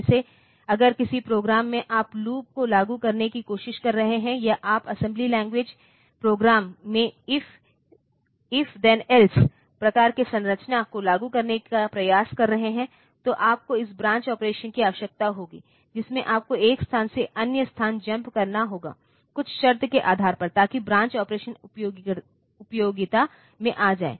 जैसे अगर किसी प्रोग्राम में आप लूप को लागू करने की कोशिश कर रहे हैं या आप असेंबली लैंग्वेज प्रोग्राम में इफ देन एल्स प्रकार की संरचना को लागू करने का प्रयास कर रहे हैं तो आपको इन ब्रांच ऑपरेशन्स की आवश्यकता होगी जिसमें आपको एक स्थान से अन्य स्थान जम्प करना होगा कुछ शर्त के आधार पर ताकि ब्रांच ऑपरेशन उपयोगिता में आ जाए